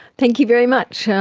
thank you very much. yeah